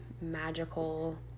magical